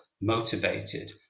motivated